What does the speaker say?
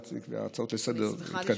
באתי, כי ההצעות לסדר-החיום התקדמו.